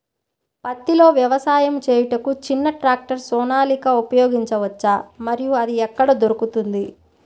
పత్తిలో వ్యవసాయము చేయుటకు చిన్న ట్రాక్టర్ సోనాలిక ఉపయోగించవచ్చా మరియు అది ఎక్కడ దొరుకుతుంది?